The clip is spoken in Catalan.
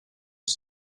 els